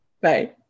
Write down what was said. Bye